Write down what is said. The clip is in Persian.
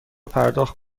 پرداخت